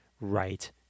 right